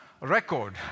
record